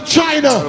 China